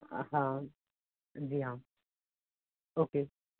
जी हाँ ओके